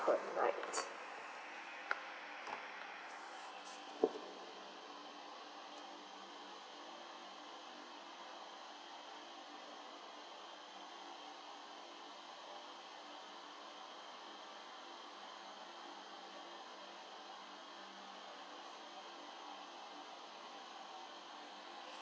per night